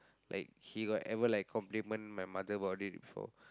like he got ever like compliment my mother about it before